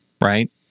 right